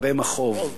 מרבה מכאוב.